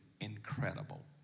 incredible